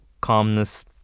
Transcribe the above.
calmness